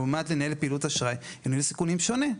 לעומת לנהל את פעילות האשראי זה ניהול סיכונים שונה.